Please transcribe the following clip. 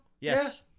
Yes